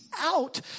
out